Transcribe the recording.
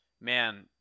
man